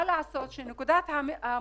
אבל מה לעשות שנקודת המוצא